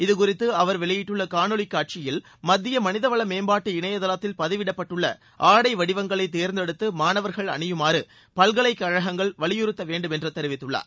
இது குறித்து அவர் வெளியிட்டுள்ள காணொலி காட்சியில் மத்திய மனித வள மேம்பாட்டு இணையதளத்தில் பதிவிடப்பட்டுள்ள ஆடை வடிவங்களை தேர்ந்தெடுத்து மாணவர்கள் அணியுமாறு பல்கலைக்கழகங்கள் வலியுறுத்த வேண்டும் என்று தெரிவித்துள்ளார்